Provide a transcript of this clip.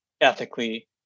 ethically